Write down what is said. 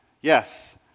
Yes